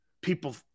people